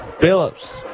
Phillips